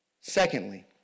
Secondly